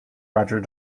roger